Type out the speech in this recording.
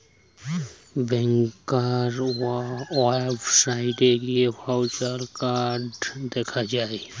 ব্যাংকার ওয়েবসাইটে গিয়ে virtual card দেখা যায়